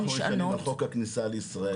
אנחנו נשענים על חוק הכניסה לישראל,